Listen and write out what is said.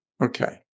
Okay